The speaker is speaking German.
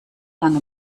lange